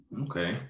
Okay